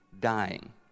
dying